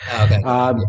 Okay